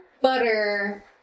butter